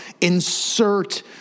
insert